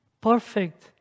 perfect